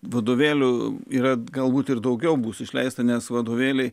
vadovėlių yra galbūt ir daugiau bus išleista nes vadovėliai